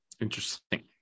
Interesting